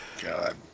God